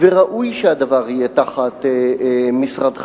וראוי שהדבר יהיה תחת משרדך.